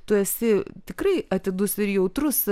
tu esi tikrai atidus ir jautrus